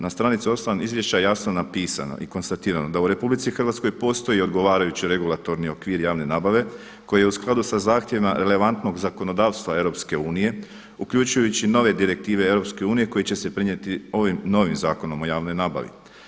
Na stranci 8. izvješća jasno je na pisano i konstatirano da u RH postoji odgovarajući regulatorni okvir javne nabave koji je u skladu sa zahtjevima relevantnog zakonodavstva EU uključujući nove direktive EU koji će se prenijeti ovim novim Zakonom o javnoj nabavi.